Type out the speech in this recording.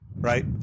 right